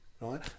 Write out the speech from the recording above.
right